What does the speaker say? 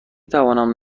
توانم